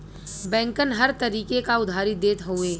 बैंकन हर तरीके क उधारी देत हउए